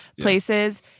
places